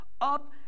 up